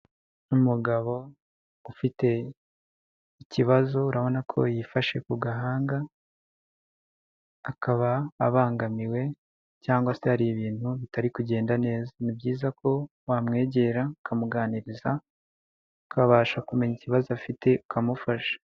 Ni umugabo ufite ikibazo, urabona ko yifashe ku gahanga, akaba abangamiwe cyangwa se hari ibintu bitari kugenda neza. Ni byiza ko wamwegera ukamuganiriza ukabasha kumenya ikibazo afite ukamufasha.